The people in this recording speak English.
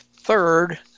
third